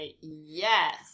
yes